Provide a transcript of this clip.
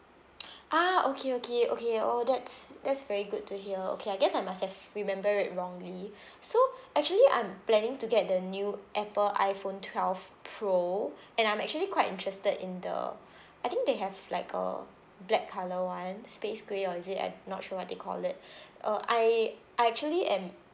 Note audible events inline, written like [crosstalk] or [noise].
ah okay okay okay oh that's that's very good to hear okay I guess I must have remembered it wrongly [breath] so actually I'm planning to get the new Apple iPhone twelve pro and I'm actually quite interested in the I think they have like a black colour [one] space grey or is it I not sure what they call it [breath] uh I I actually am